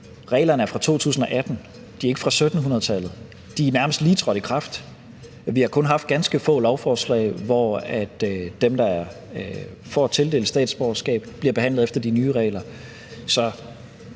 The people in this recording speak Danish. reglerne altså er fra 2018; de er ikke fra 1700-tallet. De er nærmest lige trådt i kraft. Vi har kun haft ganske få lovforslag, hvor dem, der får tildelt statsborgerskab, bliver behandlet efter de nye regler.